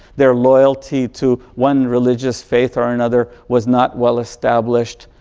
their loyalty to one religious faith or another was not well established.